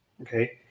Okay